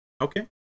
Okay